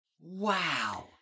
Wow